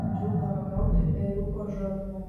bandžiau paragauti ėriuko žarnų